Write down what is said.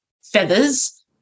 feathers